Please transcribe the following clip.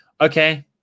Okay